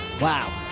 wow